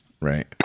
Right